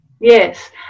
Yes